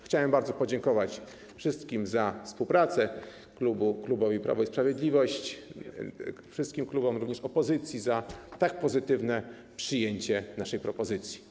Chciałem bardzo podziękować wszystkim za współpracę, klubowi Prawo i Sprawiedliwość, wszystkim klubom, również opozycji za tak pozytywne przyjęcie naszej propozycji.